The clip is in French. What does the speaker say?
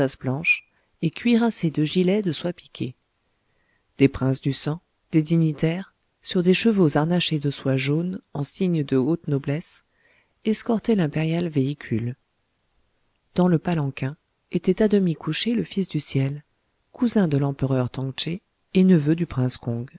blanches et cuirassés de gilets de soie piquée des princes du sang des dignitaires sur des chevaux harnachés de soie jaune en signe de haute noblesse escortaient l'impérial véhicule dans le palanquin était à demi couché le fils du ciel cousin de l'empereur tong tche et neveu du prince kong